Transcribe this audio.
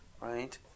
right